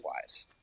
wise